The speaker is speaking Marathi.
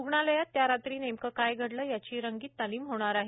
रुग्णालयात त्या रात्री नेमकं काय घडलं याची रंगीत तालीम होणार आहे